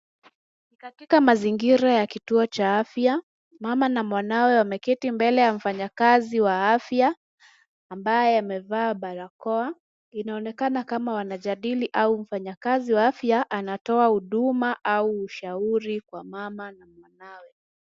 Katika mazingira ya kituo cha afya mama na mwanawe wameketi mbele ya mfanyakazi wa afya, ambaye amevaa barakoa. Inaokenana kama wanajadili au mfanyakazi wa afya anatoa huduma au ushauri kwa mama na mwanawe.